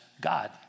God